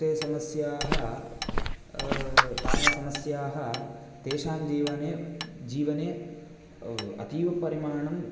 ते समस्याः ताः समस्याः तेषां जीवने जीवने अतीवपरिमाणं